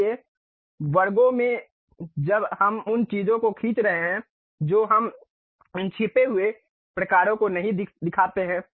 इसलिए वर्गों में जब हम उन चीजों को खींच रहे हैं जो हम इन छिपे हुए प्रकारों को नहीं दिखाते हैं